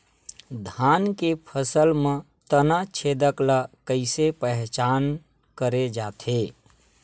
धान के फसल म तना छेदक ल कइसे पहचान करे जाथे?